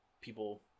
People